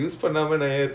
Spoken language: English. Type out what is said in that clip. ya